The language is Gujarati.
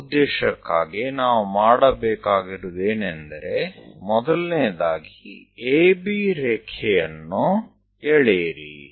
તે હેતુ માટે સૌપ્રથમ આપણે AB લીટી અને CD લીટી એકબીજાને લંબ હોય તે રીતે દોરવી પડશે